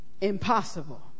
impossible